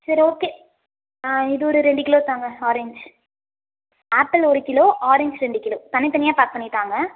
சரி ஓகே இது ஒரு ரெண்டு கிலோ தாங்க ஆரஞ்சு ஆப்பிள் ஒரு கிலோ ஆரஞ்சு ரெண்டு கிலோ தனி தனியாக பேக் பண்ணி தாங்க